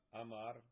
Amar